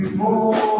more